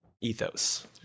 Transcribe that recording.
ethos